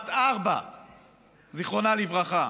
זיכרונה לברכה,